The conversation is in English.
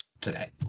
today